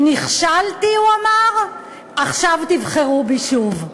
נכשלתי, הוא אמר, עכשיו תבחרו בי שוב.